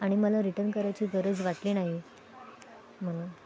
आणि मला रिटर्न करायची गरज वाटली नाही म्हणून